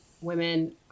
women